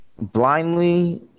blindly